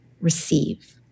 receive